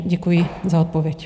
Děkuji za odpověď.